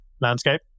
landscape